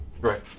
Right